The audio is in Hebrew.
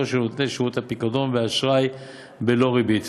של נותני שירותי פיקדון ואשראי בלא ריבית,